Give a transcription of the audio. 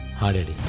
hundred